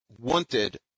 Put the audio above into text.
wanted